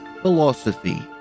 Philosophy